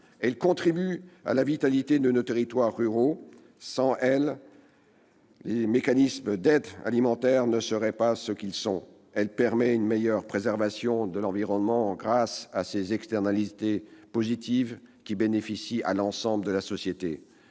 Elle contribue à la vitalité de nos territoires ruraux. Sans elle, les mécanismes d'aide alimentaire ne seraient pas ce qu'ils sont. Elle permet une meilleure préservation de l'environnement grâce à ses externalités positives qui bénéficient à l'ensemble de la société.